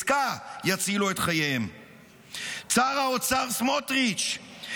צר האוצר סמוטריץ',